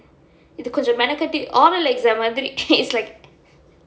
இது கொஞ்சம் மெனக்கெட்டு:ithu konjam menakkettu online exam மாதிரி:maathiri is like